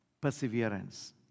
Perseverance